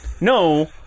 No